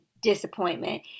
disappointment